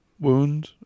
wound